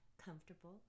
comfortable